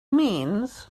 means